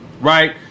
right